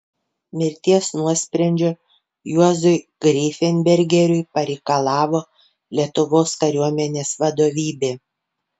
mirties nuosprendžio juozui greifenbergeriui pareikalavo lietuvos kariuomenės vadovybė